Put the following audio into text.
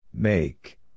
Make